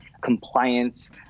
compliance